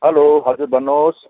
hello हजुर भन्नुहोस्